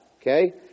Okay